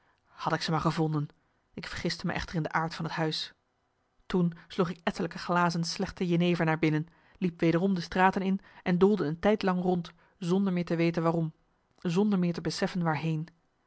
had ik ze maar gevonden ik vergiste me echter in de aard van het huis toen sloeg ik ettelijke glazen slechte jenever naar binnen liep wederom de straten in en doolde een tijd lang rond zonder meer te weten waarom zonder meer te beseffen waarheen